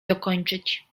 dokończyć